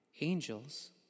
angels